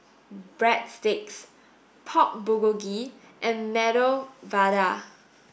Breadsticks Pork Bulgogi and Medu Vada